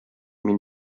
мин